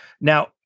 Now